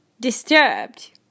disturbed